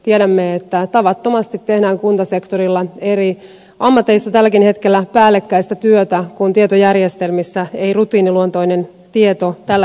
tiedämme että tavattomasti tehdään kuntasektorilla eri ammateissa tälläkin hetkellä päällekkäistä työtä kun tietojärjestelmissä ei rutiiniluontoinen tieto tällä hetkellä liiku